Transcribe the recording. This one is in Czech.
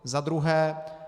Za druhé.